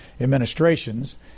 administrations